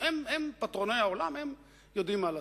הם פטרוני העולם, הם יודעים מה לעשות.